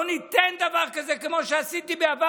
לא ניתן דבר כזה, כמו שעשיתי בעבר.